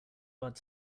bud